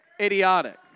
idiotic